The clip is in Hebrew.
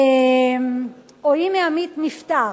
או אם העמית נפטר,